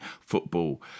football